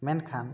ᱢᱮᱱᱠᱷᱟᱱ